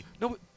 No